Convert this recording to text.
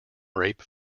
rape